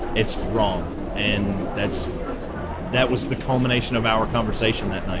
it's wrong. and that's that was the culmination of our conversation that night